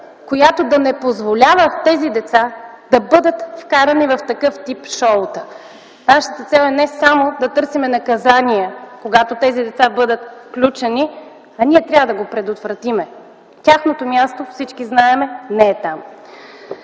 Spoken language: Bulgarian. която да не позволява тези деца да бъдат вкарани в такъв тип шоу. Нашата цел е не само да търсим наказание, когато тези деца бъдат включени, а ние трябва да го предотвратим. Тяхното място, всички знаем, не е там.